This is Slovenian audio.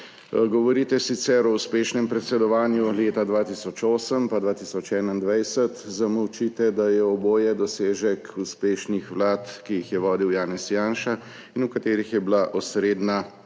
Govorite sicer o uspešnem predsedovanju leta 2008 in 2021, zamolčite, da je oboje dosežek uspešnih vlad, ki jih je vodil Janez Janša in v katerih je bila osrednja sila